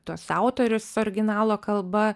tuos autorius originalo kalba